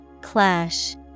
Clash